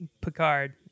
Picard